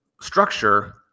structure